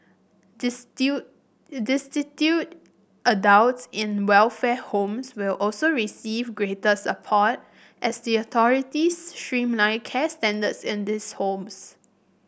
destitute adults in welfare homes will also receive greater support as the authorities streamline care standards in these homes